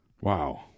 Wow